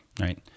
Right